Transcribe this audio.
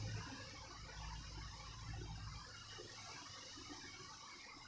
the